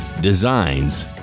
Designs